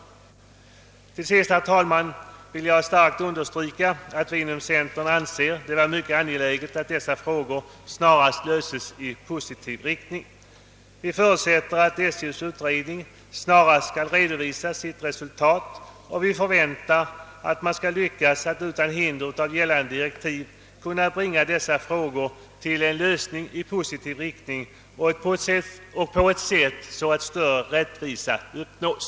Till sist, herr talman, vill jag starkt understryka att vi inom centern anser att det nu är mycket angeläget att dessa frågor snarast löses i positiv riktning. Vi förutsätter att SJ:s utredning snarast skall redovisa sitt resultat, och vi förväntar att man utan hinder av gällande direktiv skall kunna bringa frågorna till en positiv lösning, så att större rättvisa uppnås.